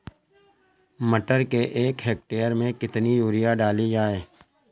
मटर के एक हेक्टेयर में कितनी यूरिया डाली जाए?